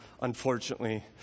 unfortunately